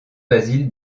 basile